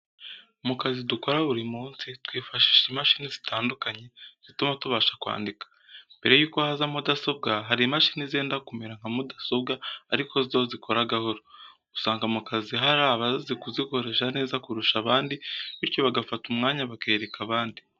Mu kazi dukora buri munsi, twifashisha imashini zitandukanye zituma tubasha kwandika. Mbere yuko haza mudasobwa hari imashini zenda kumera nka mudasobwa ariko zo zikora gahoro. Usanga mu kazi hari abazi kuzikoresha neza kurusha abandi, bityo bagafata umwanya bakereka abandi.